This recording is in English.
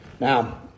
Now